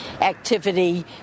activity